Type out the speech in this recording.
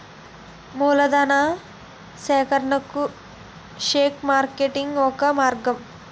మూలధనా సేకరణకు share marketing ఒక మార్గం